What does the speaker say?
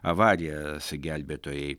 avarijas gelbėtojai